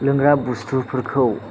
लोंग्रा बुस्तुफोरखौ